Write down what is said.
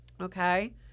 Okay